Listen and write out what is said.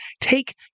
take